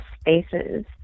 spaces